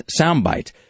soundbite